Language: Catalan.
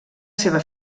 seva